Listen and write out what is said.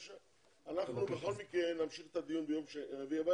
בבקשה, אנחנו בכל מקרה נמשיך את הדיון ביום רביעי.